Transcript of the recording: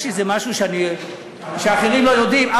יש איזה משהו שאחרים לא יודעים?